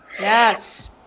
Yes